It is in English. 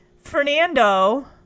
Fernando